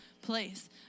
place